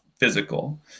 physical